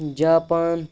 Japan